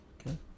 Okay